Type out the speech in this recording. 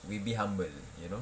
we'll be humble you know